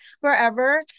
forever